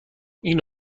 این